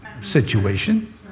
situation